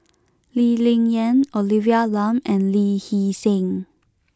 Lee Ling Yen Olivia Lum and Lee Hee Seng